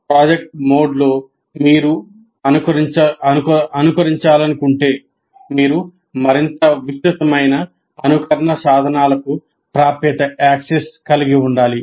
project మోడ్లో మీరు అనుకరించాలనుకుంటే మీరు మరింత విస్తృతమైన అనుకరణ సాధనాలకు ప్రాప్యత కలిగి ఉండాలి